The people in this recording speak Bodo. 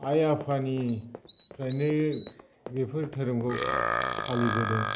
आइ आफानिफ्रायनो बेफोर धोरोमखौ फालिबोदों